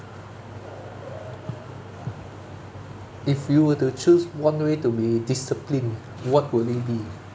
if you were to choose one way to be disciplined what would it be